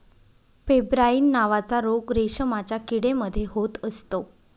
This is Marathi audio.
पेब्राइन नावाचा रोग रेशमाच्या किडे मध्ये होत असतो